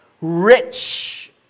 rich